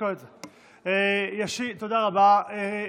תודה רבה.